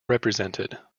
represented